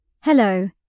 Hello